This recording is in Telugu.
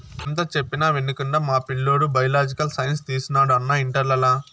ఎంత చెప్పినా వినకుండా మా పిల్లోడు బయలాజికల్ సైన్స్ తీసినాడు అన్నా ఇంటర్లల